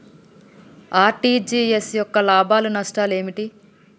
RTGS యొక్క లాభాలు నష్టాలు ఏమిటి?